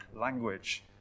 language